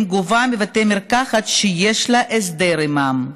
גובה מבתי מרקחת שיש לה הסדר עימם.